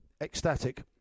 Ecstatic